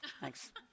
Thanks